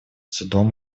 судом